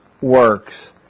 works